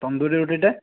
tandoori ରୁଟିଟା